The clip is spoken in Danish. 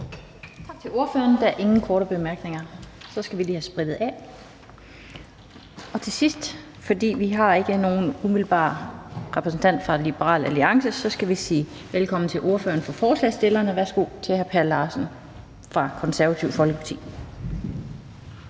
Tak til ordføreren. Der er ingen korte bemærkninger. Så skal vi lige have sprittet af. Da vi ikke har nogen repræsentant for Liberal Alliance, skal vi til sidst sige velkommen til ordføreren for forslagsstillerne. Værsgo til hr. Per Larsen fra Konservative Folkeparti.